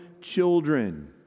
children